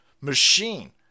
machine